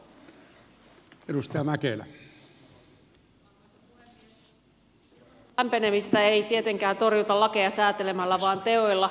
ilmaston lämpenemistä ei tietenkään torjuta lakeja säätelemällä vaan teoilla